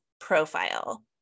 profile